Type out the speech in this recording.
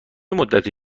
مدتی